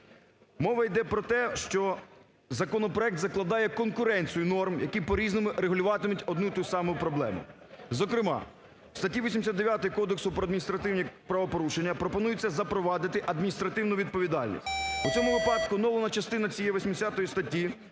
Мова йде про те, що законопроект закладає конкуренцію норм, які по-різному регулюватимуть одну й ту саму проблему. Зокрема, в статті 89 Кодексу про адміністративні правопорушення пропонується запровадити адміністративну відповідальність. У цьому випадку оновлена частина цієї 80 статті